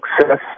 success